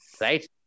right